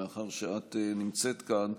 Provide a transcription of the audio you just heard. מאחר שאת נמצאת כאן,